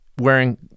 wearing